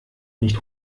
nicht